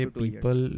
people